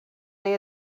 neu